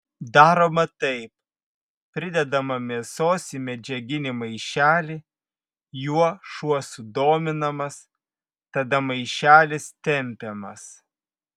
daroma taip pridedama mėsos į medžiaginį maišelį juo šuo sudominamas tada maišelis tempiamas